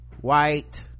white